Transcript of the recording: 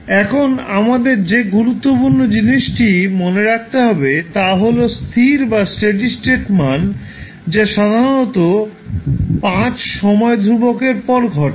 এখন আমাদের যে গুরুত্বপূর্ণ জিনিসটি মনে রাখতে হবে তা হল স্থির বা স্টেডি স্টেট মান যা সাধারণত 5 সময় ধ্রুবকের পরে ঘটে